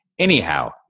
Anyhow